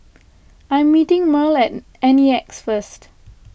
I am meeting Merl at N E X first